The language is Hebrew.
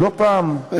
לא פעם.